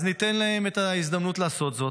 אז ניתן להם את ההזדמנות לעשות זאת.